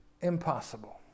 impossible